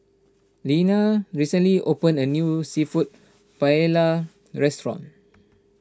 Linnea recently opened a new Seafood Paella restaurant